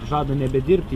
žada nebedirbti